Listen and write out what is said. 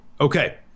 Okay